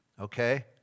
okay